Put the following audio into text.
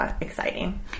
exciting